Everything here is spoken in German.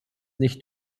nicht